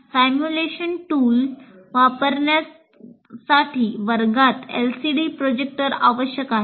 simulation टूलआवश्यक आहे